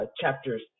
chapters